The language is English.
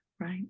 right